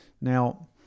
Now